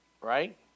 right